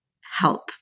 help